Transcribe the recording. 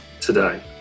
today